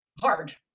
hard